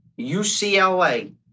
UCLA